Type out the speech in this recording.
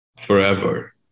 forever